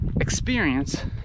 experience